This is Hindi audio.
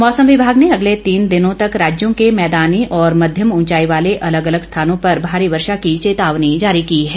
मौसम विभाग ने अगले तीन दिनों तक राज्यों के मैदानी और मध्यम उंचाई वाले अलग अलग स्थानों पर भारी वर्षा की चेतावनी जारी की है